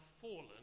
fallen